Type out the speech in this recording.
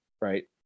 right